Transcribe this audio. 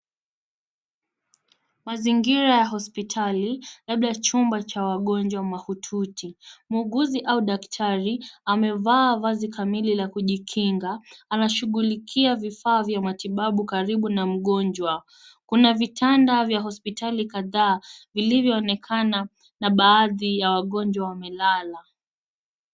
Mazingira ya hospitali, labda chumba cha wagonjwa mahututi. Muuguzi au daktari amevaa vazi kamili la kujikinga. Anashughulikia vifaa vya matibabu karibu na mgonjwa. Kuna vitanda vya hospitali kadhaa vilivyoonekana na baadhi ya wagonjwa wamelala.